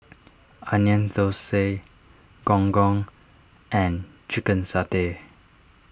Onion Thosai Gong Gong and Chicken Satay